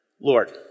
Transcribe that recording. Lord